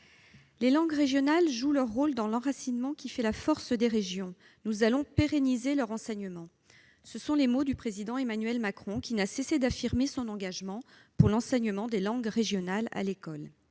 Les langues régionales jouent leur rôle dans l'enracinement qui fait la force des régions. Nous allons pérenniser leur enseignement. » Ce sont les mots du président Emmanuel Macron, qui n'a cessé d'affirmer son engagement pour l'enseignement des langues régionales à l'école.